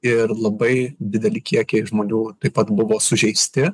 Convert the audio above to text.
ir labai dideli kiekiai žmonių taip pat buvo sužeisti